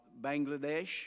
Bangladesh